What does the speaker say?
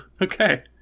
Okay